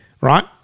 right